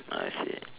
I see